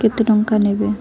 କେତେ ଟଙ୍କା ନେବେ